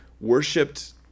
worshipped